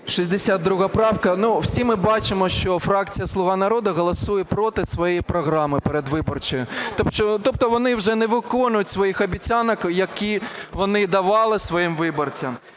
А.Е. 62 правка. Всі ми бачимо, що фракція "Слуга народу" голосує проти своєї програми передвиборчої. Тобто вони вже не виконують своїх обіцянок, які вони давали своїм виборцям.